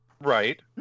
right